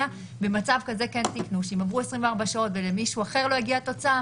במצב כזה אם עברו 24 שעות ולמישהו אחר לא הגיעה התוצאה,